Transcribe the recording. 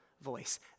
voice